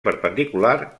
perpendicular